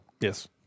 yes